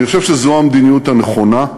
אני חושב שזו המדיניות הנכונה.